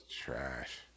trash